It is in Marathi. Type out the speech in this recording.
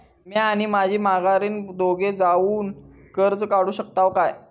म्या आणि माझी माघारीन दोघे जावून कर्ज काढू शकताव काय?